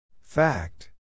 Fact